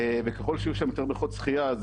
וככל שיהיו שם יותר בריכות שחייה אז